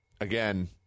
again